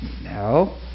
No